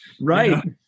Right